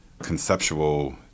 Conceptual